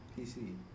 PC